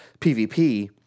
PvP